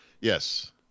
yes